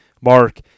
mark